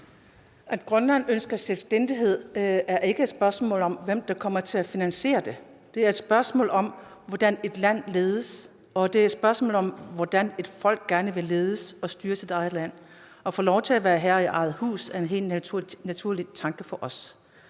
At Grønland ønsker selvstændighed, er ikke et spørgsmål om, hvem der kommer til at finansiere det, det er et spørgsmål om, hvordan et land ledes, og det er et spørgsmål om, hvordan et folk gerne vil ledes og styre sit eget land. At få lov til at være herre i eget hus er en helt naturlig tanke for os.